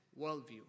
worldview